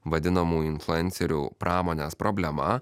vadinamų influencerių pramonės problema